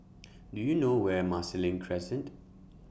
Do YOU know Where Marsiling Crescent